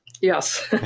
Yes